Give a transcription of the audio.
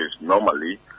normally